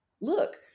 Look